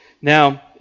Now